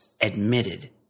admitted